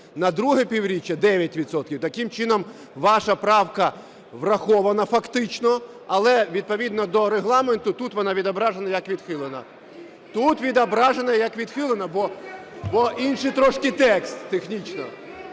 на друге півріччя – 9 відсотків. Таким чином, ваша правка врахована фактично. Але відповідно до Регламенту тут вона відображена як відхилена. Тут відображена як відхилена, бо інший трошки текст технічно.